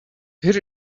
here